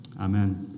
Amen